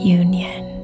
union